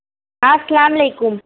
السلام علیکم